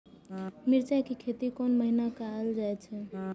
मिरचाय के खेती कोन महीना कायल जाय छै?